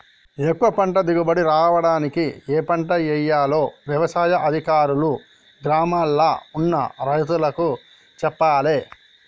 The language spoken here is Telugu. ఎక్కువ పంట దిగుబడి రావడానికి ఏ పంట వేయాలో వ్యవసాయ అధికారులు గ్రామాల్ల ఉన్న రైతులకు చెప్పాలే